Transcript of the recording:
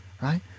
right